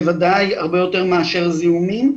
בוודאי הרבה יותר מאשר זיהומים,